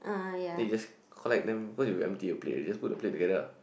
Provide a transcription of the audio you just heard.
then you just collect them cause you empty your plate already just put the plate together